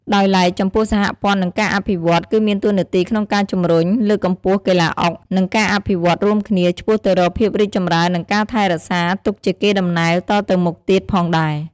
ដោយឡែក ចំពោះសហព័ន្ធនិងការអភិវឌ្ឍន៍ គឺមានតួនាទីក្នុងការជំរុញ លើកកម្ពស់កីឡាអុក និងការអភិវឌ្ឍន៍រួមគ្នា ឆ្ពោះទៅរកភាពរីកចម្រើននិងការថែរក្សាទុកជាកេរតំណែលតទៅមុខទៀតផងដែរ។